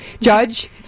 Judge